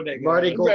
Marty